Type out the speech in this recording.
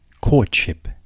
courtship